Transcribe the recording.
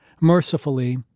mercifully